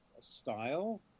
style